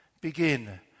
begin